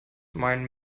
mein